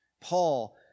Paul